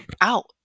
out